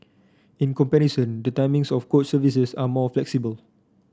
in comparison the timings of coach services are more flexible